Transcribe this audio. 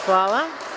Hvala.